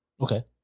Okay